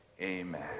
Amen